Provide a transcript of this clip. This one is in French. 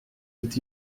est